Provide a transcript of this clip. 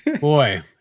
boy